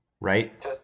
Right